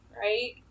Right